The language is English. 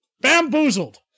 Bamboozled